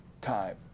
time